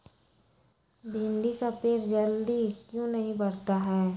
भिंडी का पेड़ जल्दी क्यों नहीं बढ़ता हैं?